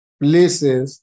places